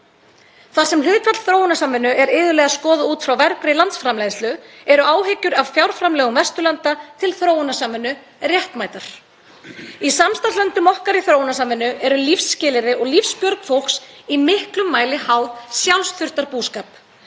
Þar sem hlutfall þróunarsamvinnu er iðulega skoðað út frá vergri landsframleiðslu eru áhyggjur af fjárframlögum Vesturlanda til þróunarsamvinnu réttmætar. Í samstarfslöndum okkar í þróunarsamvinnu eru lífsskilyrði og lífsbjörg fólks í miklum mæli háð sjálfsþurftarbúskap.